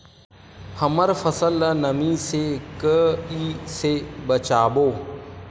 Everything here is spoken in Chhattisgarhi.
हमर फसल ल नमी से क ई से बचाबो?